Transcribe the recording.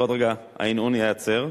כי עוד רגע ההנהון ייעצר,